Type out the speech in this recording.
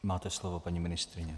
Máte slovo, paní ministryně.